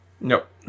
Nope